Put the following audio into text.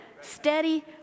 Steady